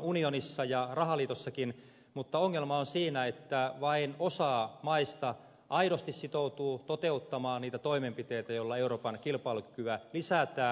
unionissa ja rahaliitossakin mutta ongelma on siinä että vain osa maista aidosti sitoutuu toteuttamaan niitä toimenpiteitä joilla euroopan kilpailukykyä lisätään